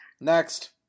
Next